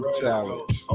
challenge